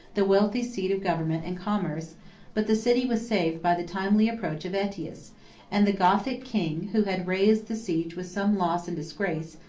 the wealthy seat of government and commerce but the city was saved by the timely approach of aetius and the gothic king, who had raised the siege with some loss and disgrace,